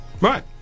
Right